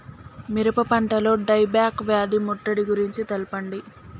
మిరప పంటలో dieback వ్యాధి ముట్టడి గురించి తెల్పండి?